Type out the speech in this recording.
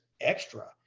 extra